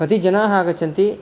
कति जनाः आगच्छन्ति